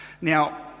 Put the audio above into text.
Now